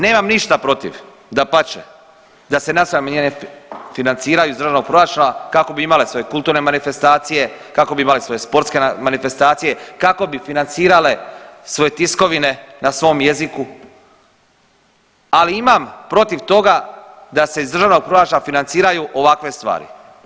Nemam ništa protiv, dapače, da se nacionalne manjine financiraju iz državnog proračuna kako bi imale svoje kulturne manifestacije, kako bi imale svoje sportske manifestacije, kako bi financirale svoje tiskovine na svom jeziku, ali imam protiv toga da se iz državnog proračuna financiraju ovakve stvari.